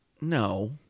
No